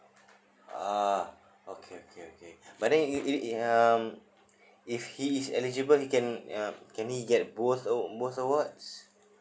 uh okay okay okay but then if um if he is eligible he can uh can he get both both awards